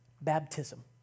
baptism